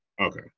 Okay